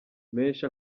menshi